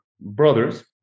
brothers